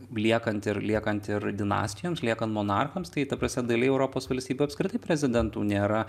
liekant ir liekant ir dinastijoms liekant monarchams tai ta prasme dalyje europos valstybių apskritai prezidentų nėra